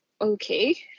okay